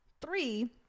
Three